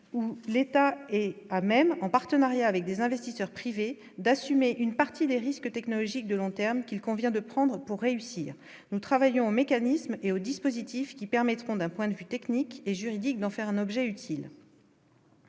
ou l'État, et même en partenariat avec des investisseurs privés d'assumer une partie des risques technologiques de long terme qu'il convient de prendre pour réussir, nous travaillons mécanismes et aux dispositifs qui permettront d'un point de vue technique et juridique d'enfer n'objet utile.